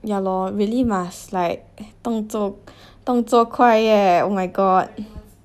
yeah lor really must like 动作动作快 eh oh my god